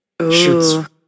shoots